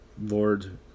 Lord